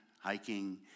hiking